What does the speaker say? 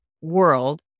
world